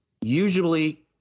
usually